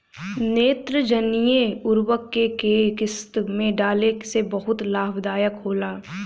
नेत्रजनीय उर्वरक के केय किस्त में डाले से बहुत लाभदायक होला?